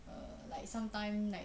err like sometimes like